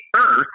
earth